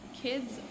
kids